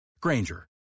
Granger